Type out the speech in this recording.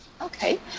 Okay